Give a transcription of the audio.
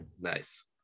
Nice